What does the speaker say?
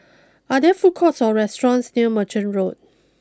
are there food courts or restaurants near Merchant Road